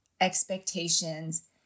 expectations